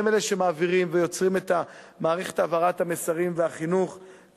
הם שמעבירים ויוצרים את מערכת העברת המסרים והחינוך.